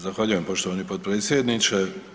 Zahvaljujem poštovani potpredsjedniče.